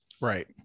Right